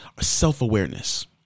self-awareness